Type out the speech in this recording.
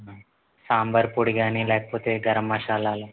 సాంబార్పొడి కానీ లేకపోతే గరం మసాలాలు